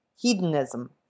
hedonism